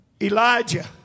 Elijah